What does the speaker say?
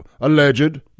alleged